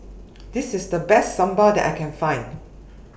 This IS The Best Sambal that I Can Find